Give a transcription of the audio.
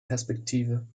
perspektive